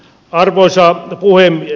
arvoisa puhemies